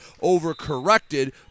Overcorrected